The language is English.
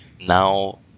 now